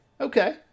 Okay